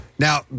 Now